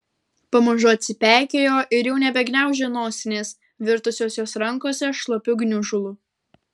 pamažu atsipeikėjo ir jau nebegniaužė nosinės virtusios jos rankose šlapiu gniužulu